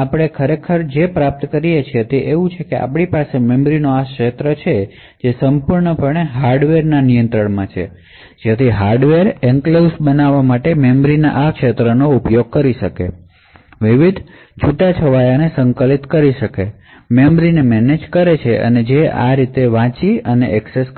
આમાંથી આપણે પ્રાપ્ત કરીએ છીએ તે છે કે આપણી પાસે મેમરીનો આ એરિયાછે જે સંપૂર્ણપણે હાર્ડવેરના નિયંત્રણમાં છે જેથી હાર્ડવેર એન્ક્લેવ્સ બનાવવા માટે મેમરીના આ ક્ષેત્રનો ઉપયોગ કરી શકે એન્ક્લેવ્સ ને સંચાલિત કરી શકે મેમરીને મેનેજ કરે છે અને તે આ એન્ક્લેવ્સને વાંચી લખી